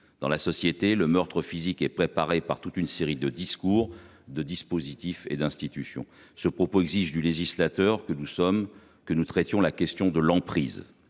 Dans la société, le meurtre physique est préparé par toute une série de discours, de dispositifs et d’institutions. » Ce propos exige du législateur qu’il traite la question de l’emprise,